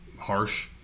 harsh